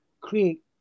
create